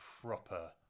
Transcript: proper